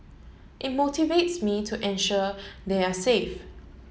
it motivates me to ensure they are safe